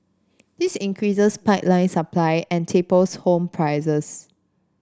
this increases pipeline supply and tapers home prices